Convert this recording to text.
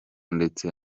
ndetse